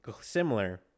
similar